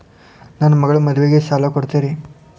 ನನ್ನ ಮಗಳ ಮದುವಿಗೆ ಸಾಲ ಕೊಡ್ತೇರಿ?